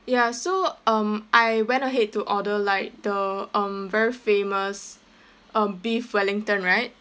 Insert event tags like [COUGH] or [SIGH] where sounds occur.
ya so um I went ahead to order like the um very famous [BREATH] uh beef wellington right